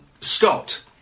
Scott